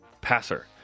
passer